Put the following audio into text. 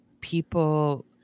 people